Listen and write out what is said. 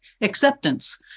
acceptance